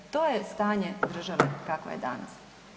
To je stanje države kakva je danas.